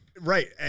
right